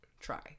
try